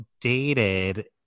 dated